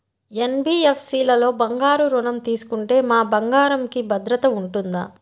NBFC లలో బంగారు ఋణం తీసుకుంటే మా బంగారంకి భద్రత ఉంటుందా?